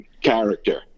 character